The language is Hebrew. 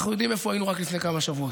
ואנחנו יודעים איפה היינו רק לפני כמה שבועות,